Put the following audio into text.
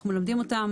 אנחנו מלמדים אותם.